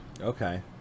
okay